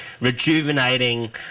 rejuvenating